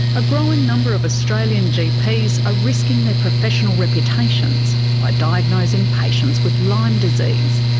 a growing number of australian gps are risking their professional reputations by diagnosing patients with lyme disease.